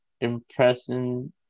impressing